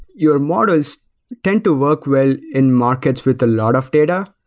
your models tend to work well in markets with a lot of data.